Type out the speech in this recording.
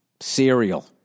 cereal